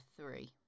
three